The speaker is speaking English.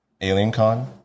AlienCon